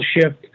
shift